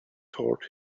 taught